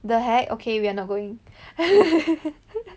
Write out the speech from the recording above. the heck okay we are not going